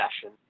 session